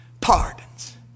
pardons